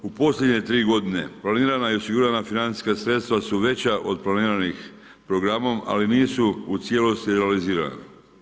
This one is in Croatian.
U posljednje 3 godine planirana i osigurana financijska sredstva su veća od planiranih programom, ali nisu i cijelosti realizirana.